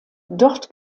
dort